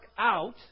out